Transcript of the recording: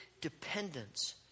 dependence